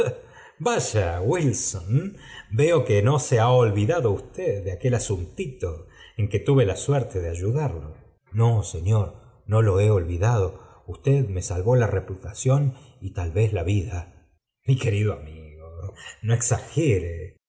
vaya wilsonl veo que no se ha olvidado usted de aquel asuntito en que tuve la suerte de ayudarío olvidado usted me salvó la reputación y tal vez la vida i mi querido amigo ño exagere